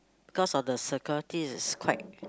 because of the security is quite